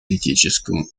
политическом